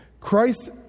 Christ